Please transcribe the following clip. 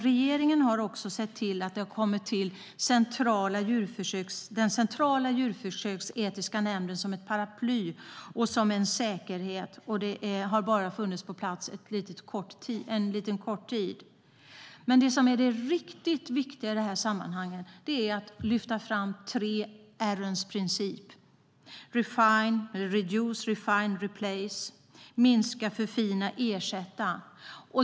Regeringen har också sett till att den centrala djurförsöksetiska nämnden har kommit till som ett paraply och som en säkerhet. Den har funnits på plats bara en kort tid. Det riktigt viktiga i detta sammanhang är att lyfta fram de tre r:ens princip: reduce, refine, replace, alltså minska, förfina, ersätta.